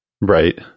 Right